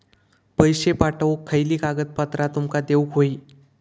पैशे पाठवुक खयली कागदपत्रा तुमका देऊक व्हयी?